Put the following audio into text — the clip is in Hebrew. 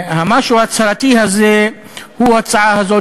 המשהו-ההצהרתי הזה הוא ההצעה הזאת,